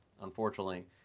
unfortunately